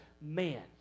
man